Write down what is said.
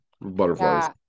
butterflies